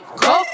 go